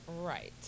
Right